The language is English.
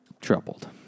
troubled